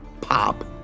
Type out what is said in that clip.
pop